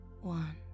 one